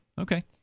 Okay